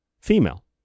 female